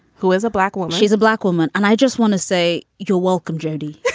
who is a black one she's a black woman. and i just want to say. you're welcome, judy